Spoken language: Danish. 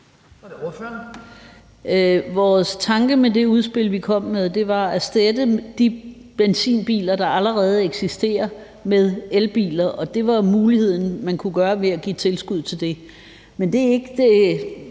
Vores tanke med det udspil, vi kom med, var at erstatte de benzinbiler, der allerede eksisterer, med elbiler, og det kunne man gøre ved at give tilskud til det. Men det er ikke det